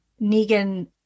Negan